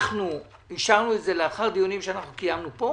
אנחנו אישרנו את זה לאחר דיונים שקיימנו פה.